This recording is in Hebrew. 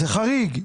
זה חריג.